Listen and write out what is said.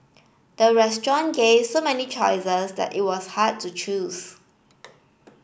the restaurant gave so many choices that it was hard to choose